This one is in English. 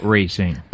racing